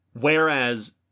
whereas